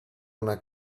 una